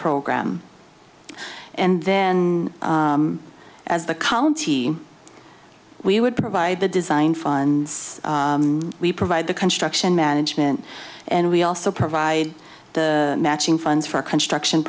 program and then as the county we would provide the design funds we provide the construction management and we also provide the matching funds for construction